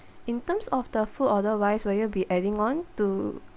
in terms of the food order wise will you be adding on to